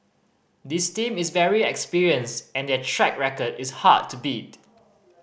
this team is very experienced and their track record is hard to beat